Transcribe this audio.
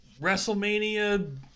WrestleMania